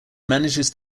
manages